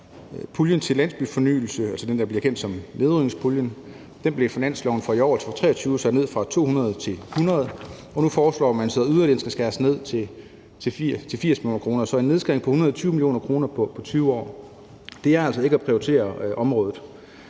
Puljen til landsbyfornyelse, altså den, der er blevet kendt som nedrivningspuljen, blev i finansloven for i år, altså 2023, sat ned fra 200 mio. kr. til 100 mio. kr., og nu foreslår man så, at den yderligere skal skæres ned til 80 mio. kr. Så det er en nedskæring på 120 mio. kr. på 2 år, og det er altså ikke at prioritere området.